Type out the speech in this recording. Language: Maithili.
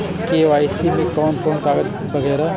के.वाई.सी में कोन कोन कागज वगैरा?